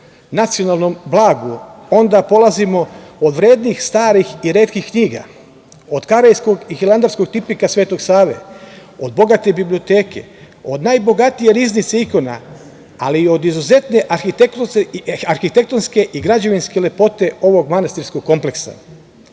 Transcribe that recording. nacionalnom blagu, onda polazimo od vrednih, starih i retkih knjiga, od Karejskog i Hilandarskog tipika Svetog Save, od bogate biblioteke, od najbogatije riznice ikona, ali i od izuzetne arhitektonske i građevinske lepote ovog manastirskog kompleksa. Hilandar